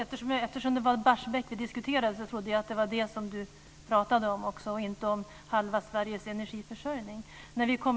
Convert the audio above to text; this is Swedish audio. Fru talman!